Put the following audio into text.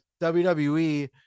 WWE